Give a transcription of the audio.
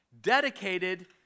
Dedicated